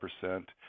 percent